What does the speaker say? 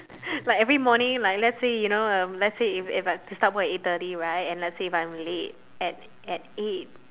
like every morning like let's say you know um let's say if I if I have to start work at eight thirty right and let's say if I'm late at at eight